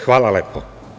Hvala lepo.